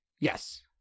Yes